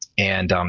and, um